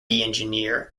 engineer